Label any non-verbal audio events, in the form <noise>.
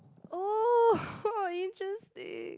oh <laughs> interesting